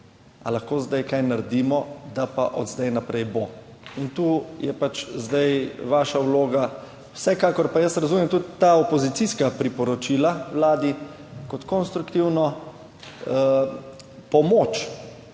lahko zdaj kaj naredimo, da pa od zdaj naprej bo. In tu je pač zdaj vaša vloga. Vsekakor pa jaz razumem tudi ta opozicijska priporočila vladi kot konstruktivno pomoč